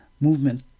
movement